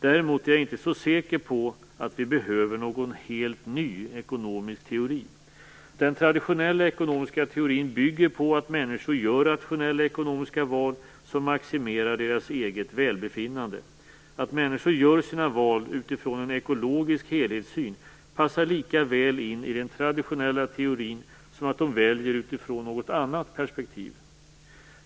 Däremot är jag inte så säker på att vi behöver någon helt ny ekonomisk teori. Den traditionella ekonomiska teorin bygger på att människor gör rationella ekonomiska val som maximerar deras eget välbefinnande. Att människor gör sina val utifrån en ekologisk helhetssyn passar lika väl in i den traditionella teorin som att de väljer utifrån något annat perspektiv.